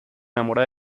enamora